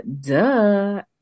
duh